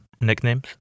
nicknames